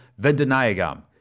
Vendanayagam